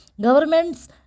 Governments